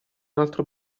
altro